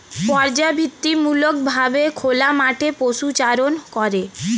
পর্যাবৃত্তিমূলক ভাবে খোলা মাঠে পশুচারণ করে